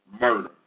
murder